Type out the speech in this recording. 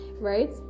right